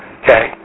okay